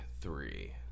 three